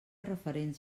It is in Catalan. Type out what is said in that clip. referents